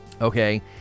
okay